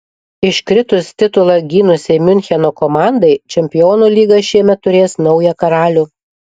iškritus titulą gynusiai miuncheno komandai čempionų lyga šįmet turės naują karalių